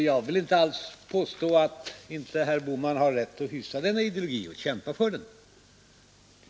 Jag vill inte alls påstå att inte herr Bohman har rätt att hysa denna uppfattning och kämpa för denna ideologi.